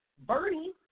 Bernie